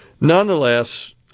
nonetheless